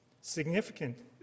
Significant